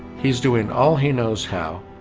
he's doing all he knows how,